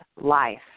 life